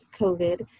COVID